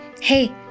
Hey